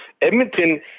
Edmonton